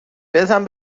بزن